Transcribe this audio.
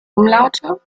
umlaute